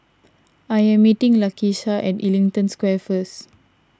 I am meeting Lakesha at Ellington Square first